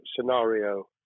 scenario